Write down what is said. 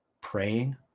praying